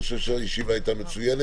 אני חושב שהישיבה הייתה מצוינת.